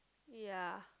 ya